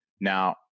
Now